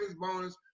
bonus